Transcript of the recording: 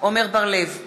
עמר בר-לב,